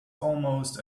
almost